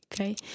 Okay